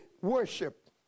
worship